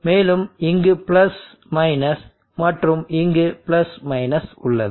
மேலும் இங்கு plus minus மற்றும் இங்கு பிளஸ் மைனஸ் உள்ளது